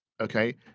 okay